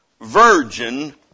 virgin